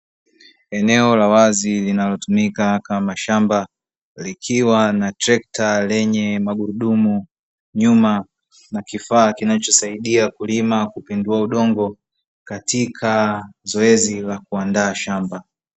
Eneo la wazi linalotumika kama shamba, likiwa na trekta lenye magurudumu nyuma na kifaa kinachosaidia kulima kupindua udongo katika zoezi la kuandaa shamba.